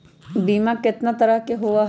बीमा केतना तरह के होइ?